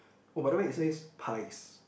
oh by the way it says pies